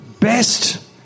best